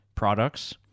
products